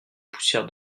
poussière